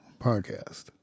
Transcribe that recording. podcast